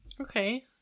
Okay